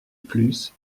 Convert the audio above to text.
plus